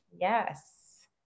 Yes